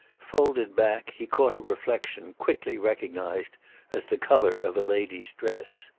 folded back, he caught a reflexion quickly recognised as the colour of a lady's dress.